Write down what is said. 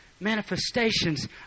manifestations